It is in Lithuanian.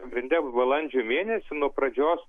pagrinde balandžio mėnesį nuo pradžios